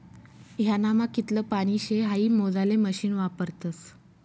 ह्यानामा कितलं पानी शे हाई मोजाले मशीन वापरतस